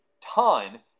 ton